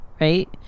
right